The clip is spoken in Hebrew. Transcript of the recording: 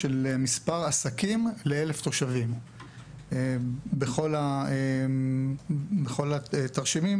של מספר העסקים לכ-1,000 תושבים; זה הנתון שמופיע בכל התרשימים.